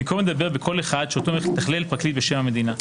במקום לדבר בקול אחד שאותו מתכלל פרקליט בשם הממשלה.